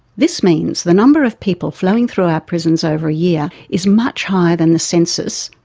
this means the number of people flowing through our prisons over a year, is much higher than the census,